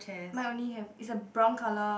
mine only have is a brown color